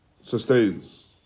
sustains